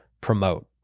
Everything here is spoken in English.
promote